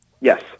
Yes